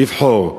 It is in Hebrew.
לבחור.